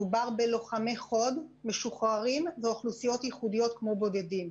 מדובר בלוחמי חוד משוחררים ובאוכלוסיות ייחודיות כמו בודדים.